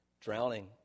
Drowning